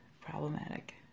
problematic